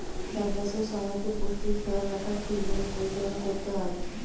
চাষ বাসের সময়তে পুষ্টির খেয়াল রাখা ঠিক ভাবে পরিচালনা করতে হয়